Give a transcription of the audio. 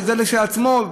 כשזה לעצמו,